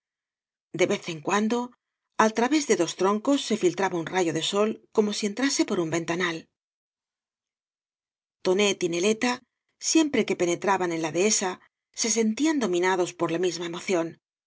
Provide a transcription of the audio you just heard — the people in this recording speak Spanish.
de vez en cuando al través de dos troncos se flltraba un rayo de sol como si entrase por un ventanal tonet y neleta siempre que penetraban en la dehesa se sentían dominados por la misma emoción